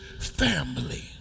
family